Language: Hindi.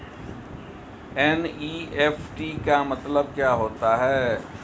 एन.ई.एफ.टी का मतलब क्या होता है?